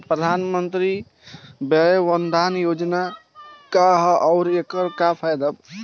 प्रधानमंत्री वय वन्दना योजना का ह आउर एकर का फायदा बा?